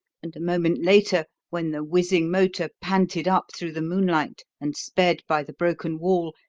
and a moment later, when the whizzing motor panted up through the moonlight and sped by the broken wall,